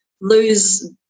lose